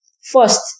First